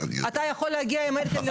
אתה יכול להגיע עם אלקין.